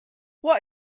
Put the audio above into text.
what